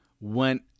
went